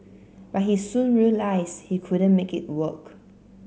but he soon realised he couldn't make it work